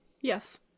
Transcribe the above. Yes